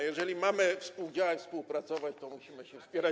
Jeżeli mamy współdziałać, współpracować, to musimy się wspierać.